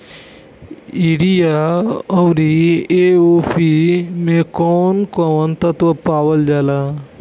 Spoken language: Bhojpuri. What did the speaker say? यरिया औरी ए.ओ.पी मै कौवन कौवन तत्व पावल जाला?